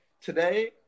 today